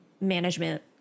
management